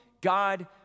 God